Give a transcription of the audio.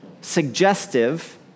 suggestive